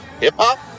hip-hop